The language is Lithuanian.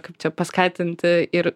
kaip čia paskatinti ir